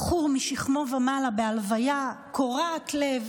בחור משכמו ומעלה, בהלוויה קורעת לב,